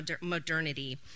modernity